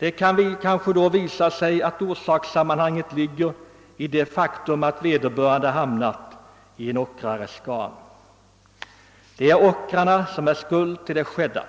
Denna kan kanske då visa sig vara att vederbörande har hamnat i en ockrares garn; ockraren är skuld till det skedda.